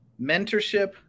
mentorship